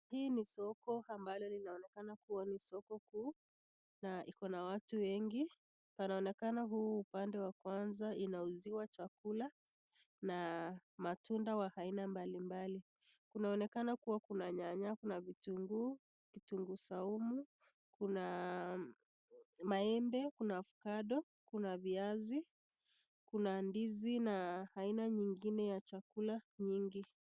Hii ni soko ambayo inaonekana kuwa ni soko kuu na iko na watu wengi. Panaonekana huu upande wa kwanza unauziwa chakula na matunda wa aina mbalimbali. Inaonekana kuwa kuna nyanya, kuna vitunguu, vitunguu saumu, kuna maembe ,kuna avocado ,kuna ndizi na aina nyingine ya chakula nyingi.